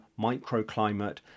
microclimate